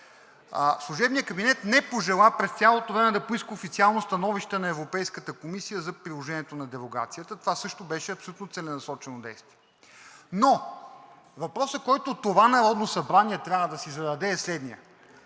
служебният кабинет не пожела през цялото време да поиска официално становище на Европейската комисия за приложението на дерогацията. Това също беше абсолютно целенасочено действие, но въпросът, който това Народно събрание трябва да си зададе, е следният: